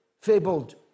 fabled